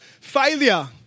failure